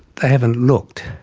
they haven't looked,